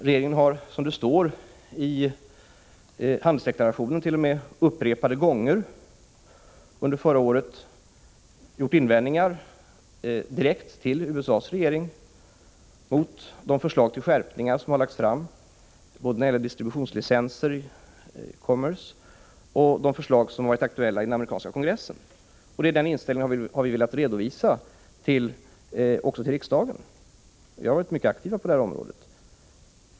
Regeringen har, som det står i den handelspolitiska deklarationen, t.o.m. upprepade gånger under förra året gjort invändningar direkt till USA:s regering mot både de förslag till skärpningar när det gäller distributionslicenser som har lagts fram av Department of Commerce och de förslag som varit aktuella i den amerikanska kongressen. Denna inställning har vi velat redovisa även för riksdagen. Vi har varit mycket aktiva på detta område.